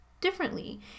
differently